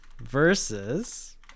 versus